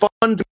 fun